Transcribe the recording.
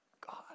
God